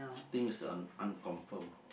things un~ unconfirmed